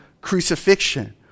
crucifixion